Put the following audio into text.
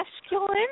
masculine